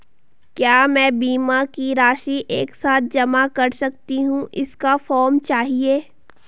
क्या मैं बीमा की राशि एक साथ जमा कर सकती हूँ इसका फॉर्म चाहिए?